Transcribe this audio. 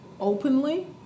openly